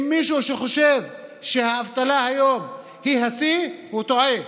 אם מישהו חושב שהאבטלה היום היא השיא, הוא טועה.